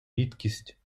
рідкість